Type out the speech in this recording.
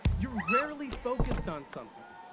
you're rarely focused on something.